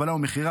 הובלה ומכירה,